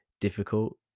difficult